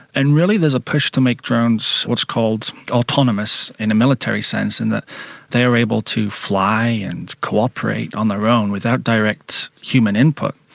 and really there's a push to make drones what is called autonomous in a military sense in that they are able to fly and cooperate on their own without direct human input.